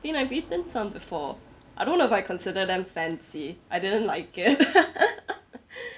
you know I've eaten some before I don't know if I consider them fancy I didn't like it